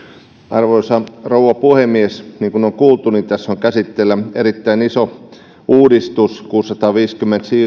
arvoisa rouva puhemies niin kuin on kuultu tässä on käsittelyssä erittäin iso uudistus kuusisataaviisikymmentä